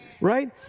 right